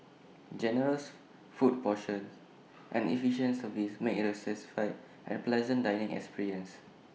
generous food portions and efficient service make IT A satisfied and pleasant dining experience